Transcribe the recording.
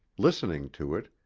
listening to it,